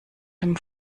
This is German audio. dem